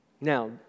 Now